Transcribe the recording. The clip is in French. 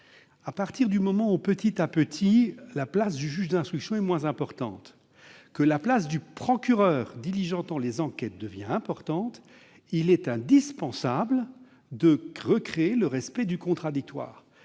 lors que, petit à petit, la place du juge d'instruction est moins importante et que celle du procureur diligentant les enquêtes le devient de plus en plus, il est indispensable de recréer le respect du contradictoire